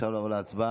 אפשר לעבור להצבעה.